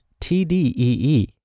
TDEE